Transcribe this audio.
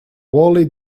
wally